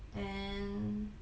then